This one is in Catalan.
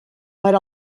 per